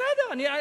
נראה.